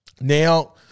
Now